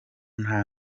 nta